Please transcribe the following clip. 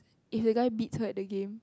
if the guy beats her at the game